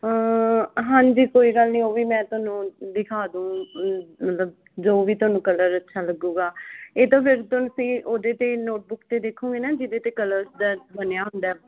ਹਾਂਜੀ ਕੋਈ ਗੱਲ ਨਹੀਂ ਉਹ ਵੀ ਮੈਂ ਤੁਹਾਨੂੰ ਦਿਖਾ ਦਊਂ ਮਤਲਬ ਜੋ ਵੀ ਤੁਹਾਨੂੰ ਕਲਰ ਅੱਛਾ ਲੱਗੇਗਾ ਇਹ ਤਾਂ ਫਿਰ ਤੁਸੀਂ ਉਹਦੇ 'ਤੇ ਨੋਟਬੁਕ 'ਤੇ ਦੇਖੋਗੇ ਨਾ ਜਿਹਦੇ 'ਤੇ ਕਲਰਸ ਦਾ ਬਣਿਆ ਹੁੰਦਾ